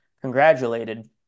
congratulated